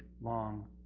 long